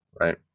right